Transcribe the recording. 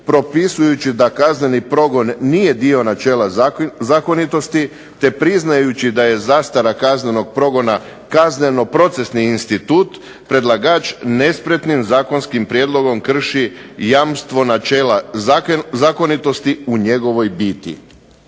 propisujući da kazneni progon nije dio načela zakonitosti te priznajući da je zastara kaznenog progona kazneno-procesni institut predlagač nespretnim zakonskim prijedlogom krši jamstvo načela zakonitosti u njegovoj biti.